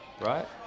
right